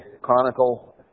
chronicle